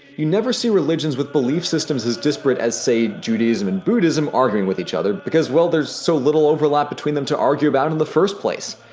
you never see religions with belief systems as disparate as say, judaism and buddhism arguing with each other, because, well, there's so little overlap between them to argue about in the first place.